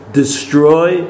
destroy